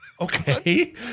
Okay